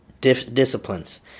disciplines